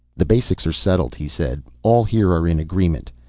the basics are settled, he said. all here are in agreement.